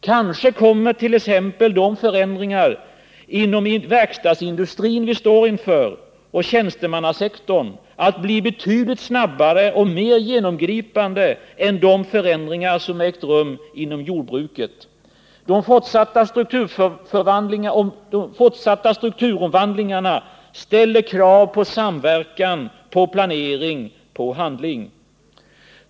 Kanske kommer t.ex. de förändringar inom verkstadsindustrin och tjänstemannasektorn som vi står inför att bli betydligt snabbare och mer genomgripande än de förändringar som ägt rum inom jordbruket. De fortsatta strukturomvandlingarna ställer krav på samverkan, på planering, på handling.